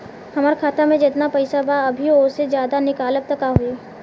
हमरा खाता मे जेतना पईसा बा अभीओसे ज्यादा निकालेम त का होई?